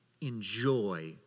enjoy